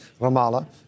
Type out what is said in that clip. Ramallah